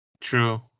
True